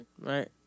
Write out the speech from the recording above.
right